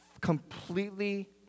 completely